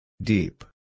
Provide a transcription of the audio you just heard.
Deep